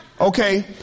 okay